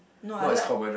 no I like